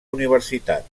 universitat